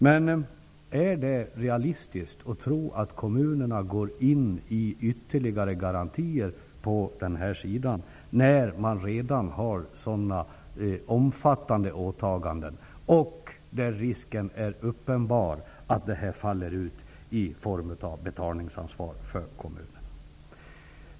Men är det realistiskt att tro att kommunerna kommer att gå in med ytterligare garantier när de redan har så omfattande åtaganden och där risken är uppenbar att det hela faller ut i form av ett betalningsansvar för dem?